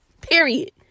Period